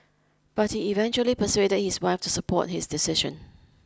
but he eventually persuaded his wife to support his decision